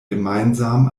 gemeinsam